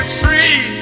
free